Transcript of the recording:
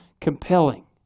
compelling